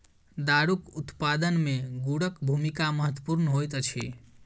दारूक उत्पादन मे गुड़क भूमिका महत्वपूर्ण होइत अछि